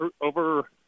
over